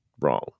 wrong